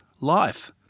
life